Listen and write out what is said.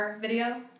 video